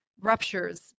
ruptures